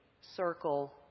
circle